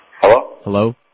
Hello